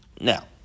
Now